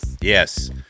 Yes